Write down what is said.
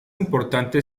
importante